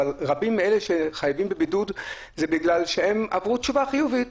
אבל רבים מאלה שחייבים בבידוד זה בגלל שהם קיבלו תשובה חיובית.